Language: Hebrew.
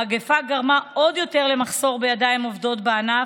המגפה גרמה עוד יותר למחסור בידיים עובדות בענף,